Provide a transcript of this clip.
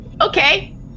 Okay